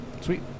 Sweet